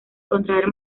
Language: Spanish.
contraer